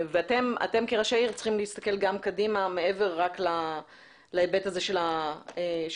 אתם כראשי עיר צריכים להסתכל גם קדימה מעבר רק להיבט הזה של המים,